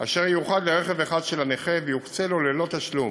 אשר ייוחד לרכב אחד של הנכה ויוקצה לו ללא תשלום.